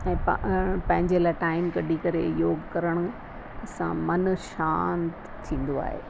ऐं प पंहिंजे लाइ टाइम कढी करे योगु करण सां मनु शांत थींदो आहे